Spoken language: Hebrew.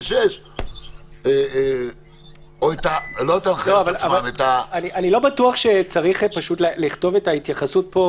5 ו-6 או --- אני לא בטוח שצריך לכתוב את ההתייחסות פה,